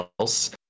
else